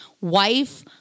wife